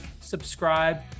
subscribe